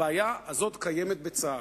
הבעיה הזאת קיימת בצה"ל.